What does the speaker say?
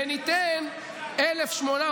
וניתן 1,800,